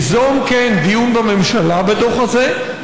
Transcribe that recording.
ליזום דיון בממשלה על הדוח הזה,